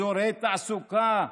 אזורי תעסוקה,